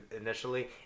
initially